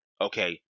okay